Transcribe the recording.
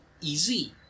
easy